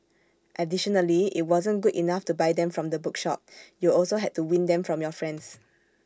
additionally IT wasn't good enough to buy them from the bookshop you also had to win them from your friends